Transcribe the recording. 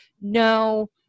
no